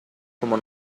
como